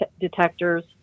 detectors